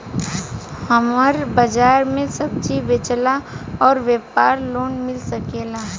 हमर बाजार मे सब्जी बेचिला और व्यापार लोन मिल सकेला?